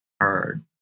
heard